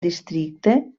districte